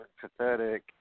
pathetic